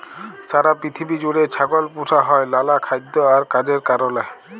সারা পিথিবী জুইড়ে ছাগল পুসা হ্যয় লালা খাইদ্য আর কাজের কারলে